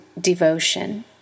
devotion